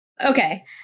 Okay